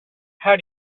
how